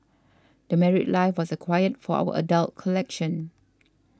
The Married Life was acquired for our adult collection